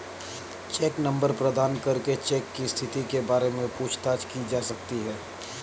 check number प्रदान करके cheque की स्थिति के बारे में पूछताछ की जा सकती है